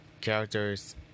characters